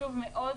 שחשוב מאוד